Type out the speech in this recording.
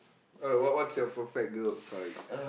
uh what what's your perfect girl sorry